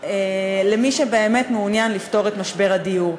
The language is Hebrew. למי שבאמת מעוניין לפתור את משבר הדיור.